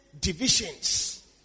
divisions